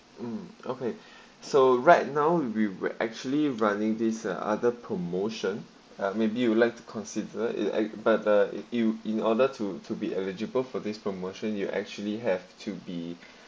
mm okay so right now we we actually running this uh other promotion ah maybe you would like to consider it a but uh it'll in order to to be eligible for this promotion you actually have to be